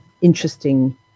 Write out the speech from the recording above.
interesting